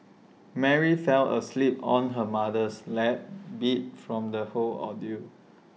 Mary fell asleep on her mother's lap beat from the whole ordeal